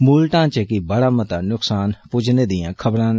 मूल ढांचे गी बड़ा मता नुक्सान पुज्जने दियां खबरां न